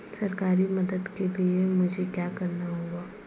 सरकारी मदद के लिए मुझे क्या करना होगा?